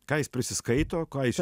ką jis prisiskaito ką jis